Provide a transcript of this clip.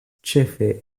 ĉefe